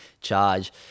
charge